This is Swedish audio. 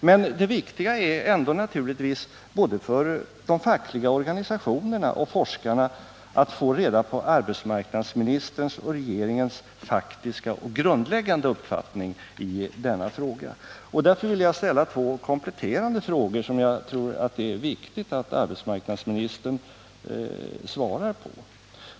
Men naturligtvis är det viktiga för både de fackliga organisationerna och forskarna att få reda på arbetsmarknadsministerns och regeringens faktiska och grundläggande uppfattning i denna fråga. Därför vill jag ställa två kompletterande frågor, som jag tror att det är viktigt att arbetsmarknadsministern också svarar på.